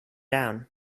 down